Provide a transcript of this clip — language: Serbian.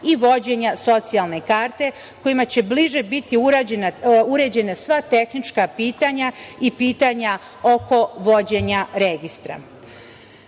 i vođenja socijalne karte kojima će bliže biti uređena sva tehnička pitanja i pitanja oko vođenja registra. Na